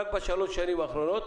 רק בשלוש השנים האחרונות,